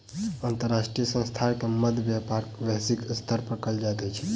अंतर्राष्ट्रीय संस्थान के मध्य व्यापार वैश्विक स्तर पर कयल जाइत अछि